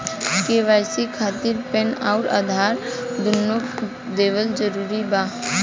KYC खातिर PAN आउर आधार दुनों देवल जरूरी बा?